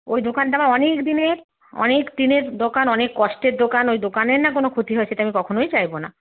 ওই দোকানটা আমার অনেক দিনের অনেক দিনের দোকান অনেক কষ্টের দোকান ওই দোকানের না কোনো ক্ষতি হয় সেটা আমি কখনোই চাইবো না